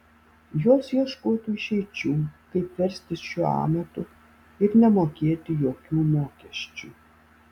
jos ieškotų išeičių kaip verstis šiuo amatu ir nemokėti jokių mokesčių